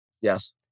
Yes